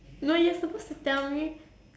no you're supposed to tell me